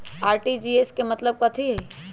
RTGS के मतलब कथी होइ?